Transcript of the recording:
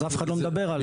אז אף אחד לא מדבר עליה.